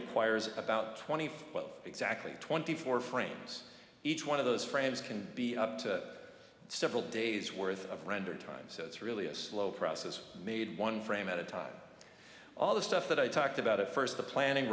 requires about twenty feet of exactly twenty four frames each one of those frames can be up to several days worth of render time so it's really a slow process made one frame at a time all the stuff that i talked about at first the planning